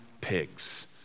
pigs